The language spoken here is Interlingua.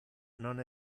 non